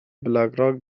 بلکراک